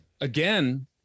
Again